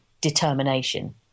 determination